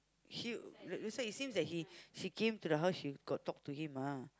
she~ that's why it seems that he he came to the house she got talk to him ah